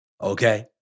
okay